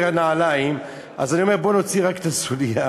הנעליים אז אני אומר: בוא נוציא רק הסוליה,